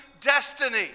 destiny